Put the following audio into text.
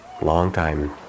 long-time